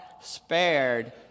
spared